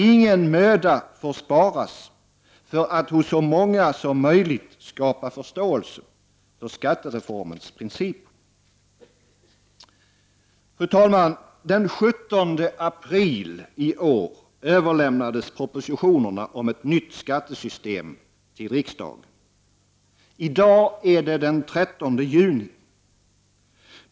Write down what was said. Ingen möda får sparas för att hos så många som möjligt skapa förståelse för skattereformens principer. Fru talman! Den 17 april i år överlämnades propositionerna om ett nytt skattesystem till riksdagen. I dag är det den 13 juni.